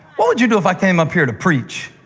what would you do if i came up here to preach